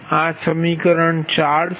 આ સમીકરણ છે